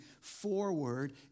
forward